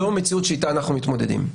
זו המציאות שאתה אנחנו מתמודדים.